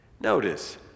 Notice